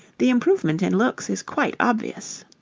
the improvement in looks is quite obvious.